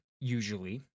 usually